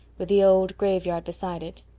with the old graveyard beside it.